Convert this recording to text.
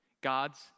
God's